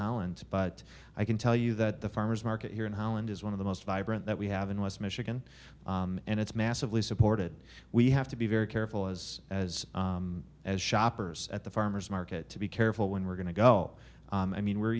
holland but i can tell you that the farmer's market here in holland is one of the most vibrant that we have in west michigan and it's massively supported we have to be very careful as as as shoppers at the farmer's market to be careful when we're going to go i mean we're